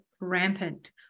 rampant